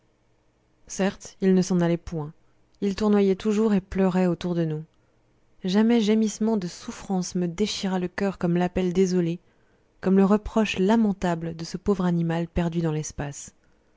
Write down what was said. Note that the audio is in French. certes il ne s'en allait point il tournoyait toujours et pleurait autour de nous jamais gémissement de souffrance ne me déchira le coeur comme l'appel désolé comme le reproche lamentable de ce pauvre animal perdu dans l'espace